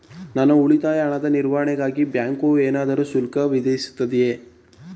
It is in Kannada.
ನನ್ನ ಉಳಿತಾಯ ಹಣದ ನಿರ್ವಹಣೆಗಾಗಿ ಬ್ಯಾಂಕು ಏನಾದರೂ ಶುಲ್ಕ ವಿಧಿಸುತ್ತದೆಯೇ?